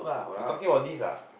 you talking about this ah